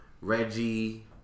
Reggie